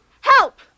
help